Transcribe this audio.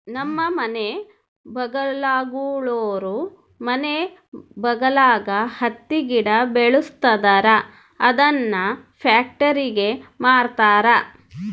ನಮ್ಮ ಮನೆ ಬಗಲಾಗುಳೋರು ಮನೆ ಬಗಲಾಗ ಹತ್ತಿ ಗಿಡ ಬೆಳುಸ್ತದರ ಅದುನ್ನ ಪ್ಯಾಕ್ಟರಿಗೆ ಮಾರ್ತಾರ